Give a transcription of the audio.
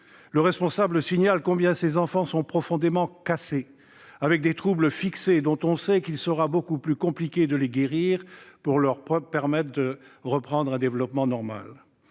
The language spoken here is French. Le responsable signale combien ces enfants sont déjà profondément cassés, avec des troubles fixés, dont on sait qu'il sera beaucoup plus compliqué de les guérir pour leur permettre de reprendre un développement normal.